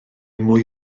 mwy